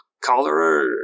cholera